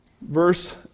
Verse